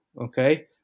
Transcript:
okay